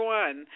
one